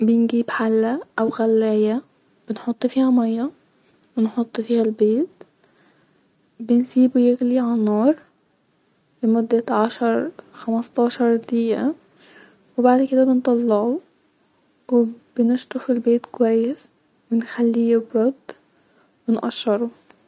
بنجيب حله او غلايه-بنحط فيها ميه-ونحط فيها البيض-بنسيبو يغلي علي النار-لمده عشر-خمستاشر دقيقه-وبعد كده بنطلعو-وبنشطف البيض كويس-ونخليه يبرد-ونقشرو